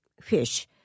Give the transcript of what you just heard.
fish